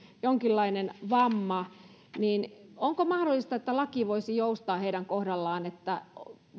jonkinlainen vamma onko mahdollista että laki voisi joustaa heidän kohdallaan että